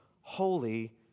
Holy